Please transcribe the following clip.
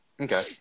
Okay